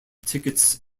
tickets